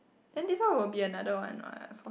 then this one will be another one what